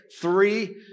three